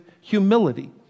humility